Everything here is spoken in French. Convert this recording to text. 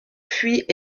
fuient